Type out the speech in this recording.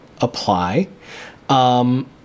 apply